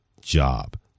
job